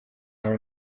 are